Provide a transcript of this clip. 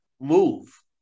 move